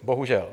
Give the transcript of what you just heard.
Bohužel.